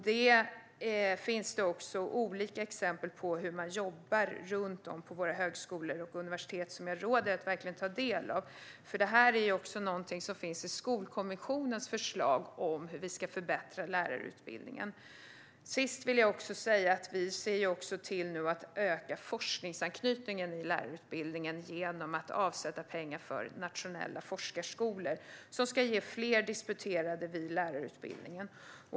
Det finns olika exempel på hur man jobbar med detta runt om på våra högskolor och universitet som jag råder er att verkligen ta del av. Detta är också någonting som finns i Skolkommissionens förslag om hur vi ska förbättra lärarutbildningen. Till sist vill jag också säga att vi ser till att öka forskningsanknytningen i lärarutbildningen genom att avsätta pengar för nationella forskarskolor som ska ge fler disputerade vid lärarutbildningen.